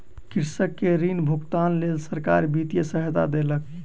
कृषक के ऋण भुगतानक लेल सरकार वित्तीय सहायता देलक